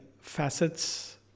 facets